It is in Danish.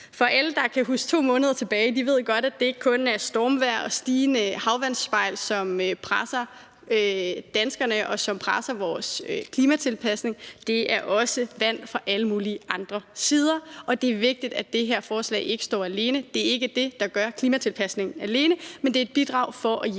For alle, der kan huske 2 måneder tilbage, ved godt, at det ikke kun er stormvejr og et stigende havvandsspejl, der presser danskerne og vores klimatilpasning. Det er også vand fra alle mulige andre sider, så det er vigtigt, at det her forslag ikke står alene. Det er ikke det, der gør klimatilpasningen alene, men det er et bidrag til at hjælpe